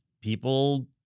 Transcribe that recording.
people